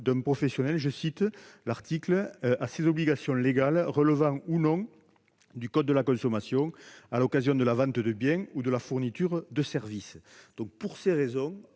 d'un professionnel à ses obligations légales relevant ou non du code de la consommation « à l'occasion de la vente de biens ou de la fourniture de services » peut faire